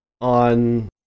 on